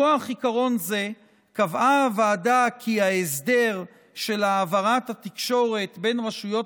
מכוח עיקרון זה קבעה הוועדה כי ההסדר של העברת התקשורת בין רשויות